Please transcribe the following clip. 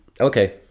Okay